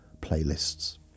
playlists